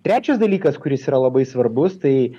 trečias dalykas kuris yra labai svarbus tai